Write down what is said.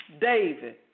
David